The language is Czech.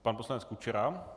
Pan poslanec Kučera.